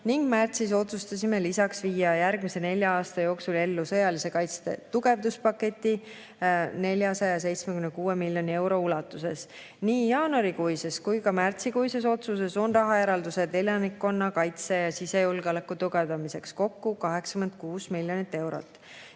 ning märtsis otsustasime lisaks viia järgmise nelja aasta jooksul ellu sõjalise kaitse tugevduspaketi 476 miljoni euro ulatuses. Nii jaanuarikuises kui ka märtsikuises otsuses on rahaeraldised elanikkonnakaitse ja sisejulgeoleku tugevdamiseks, kokku 86 miljonit eurot.